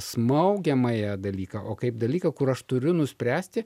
smaugiamąją dalyką o kaip dalyką kur aš turiu nuspręsti